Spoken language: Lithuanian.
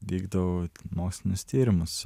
vykdau mokslinius tyrimus